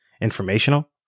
informational